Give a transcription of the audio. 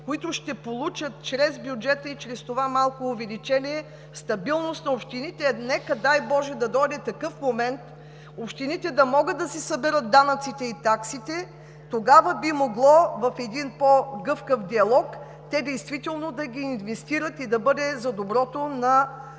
които ще получат чрез бюджета и чрез това малко увеличение стабилност на общините. Нека, дай боже, да дойде такъв момент – общините да могат да си съберат данъците и таксите. Тогава би могло в един по-гъвкав диалог те действително да ги инвестират и да бъде за доброто на